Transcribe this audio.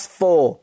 four